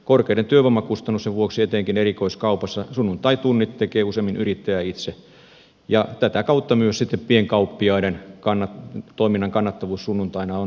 korkeiden työvoimakustannusten vuoksi etenkin erikoiskaupassa sunnuntaitunnit tekee useimmin yrittäjä itse ja tätä kautta myös sitten pienkauppiaiden toiminnan kannattavuus sunnuntaina on hyvinkin arveluttavaa